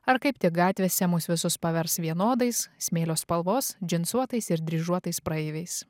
ar kaip tik gatvėse mus visus pavers vienodais smėlio spalvos džinsuotais ir dryžuotais praeiviais